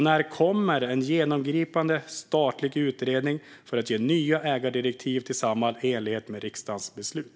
När kommer alltså en genomgripande statlig utredning för att ge nya ägardirektiv till Samhall i enlighet med riksdagens beslut?